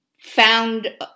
found